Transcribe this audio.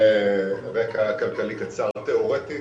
רגע כלכלי קצר תיאורטי.